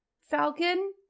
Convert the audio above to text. Falcon